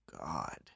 God